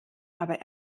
aber